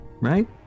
Right